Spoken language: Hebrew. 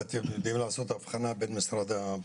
ואתם יודעים לעשות הבחנה בין המשרדים?